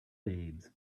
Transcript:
babes